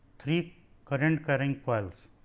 three current carrying coils.